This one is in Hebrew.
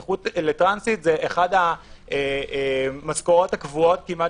נכות לטרנסית זה אחת המשכורות הקבועות כמעט